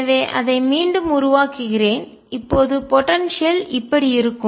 எனவே அதை மீண்டும் உருவாக்குகிறேன் இப்போது போடன்சியல் ஆற்றல் இப்படி இருக்கும்